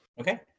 Okay